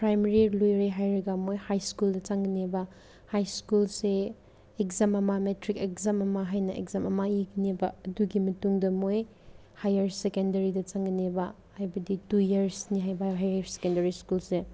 primary ꯂꯣꯏꯔꯦ ꯍꯥꯏꯔꯒ ꯃꯣꯏ ꯍꯥꯏꯁ꯭ꯀꯨꯜꯗ ꯆꯪꯒꯅꯦꯕ ꯍꯥꯏꯁꯀꯨꯜꯁꯦ ꯑꯦꯛꯖꯥꯝ ꯃꯃꯥꯡ ꯃꯦꯇ꯭ꯔꯤꯛ ꯑꯦꯛꯖꯥꯝ ꯍꯥꯏꯅ ꯑꯦꯛꯖꯥꯝ ꯑꯃ ꯂꯩꯒꯅꯦꯕ ꯑꯗꯨꯒꯤ ꯃꯇꯨꯡꯗ ꯃꯣꯏ ꯍꯥꯏꯌꯔ ꯁꯦꯀꯦꯟꯗꯔꯤꯗ ꯆꯪꯒꯅꯦꯕ ꯍꯥꯏꯕꯗꯤ ꯇꯨ ꯏꯌꯔꯁꯅꯦ ꯍꯥꯏꯕ ꯍꯥꯏꯌꯔ ꯁꯦꯀꯦꯟꯗꯔꯤ ꯁ꯭ꯀꯨꯜꯁꯦ